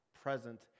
present